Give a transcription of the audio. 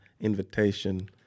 invitation